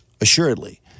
assuredly